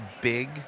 big